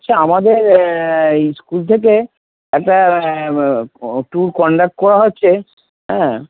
আচ্ছা আমাদের স্কুল থেকে একটা ট্যুর কন্ডাক্ট করা হচ্ছে হ্যাঁ